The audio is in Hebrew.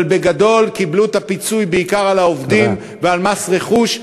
אבל בגדול קיבלו את הפיצוי בעיקר על העובדים ועל מס רכוש,